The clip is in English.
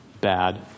bad